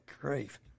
grief